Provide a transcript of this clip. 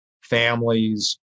families